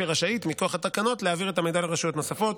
שרשאית מכוח התקנות להעביר את המידע לרשויות נוספות.